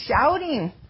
shouting